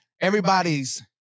Everybody's